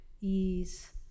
ease